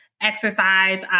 exercise